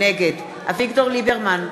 נגד אביגדור ליברמן,